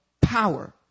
power